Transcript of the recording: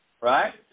right